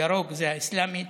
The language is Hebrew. ירוק זה האסלאמית.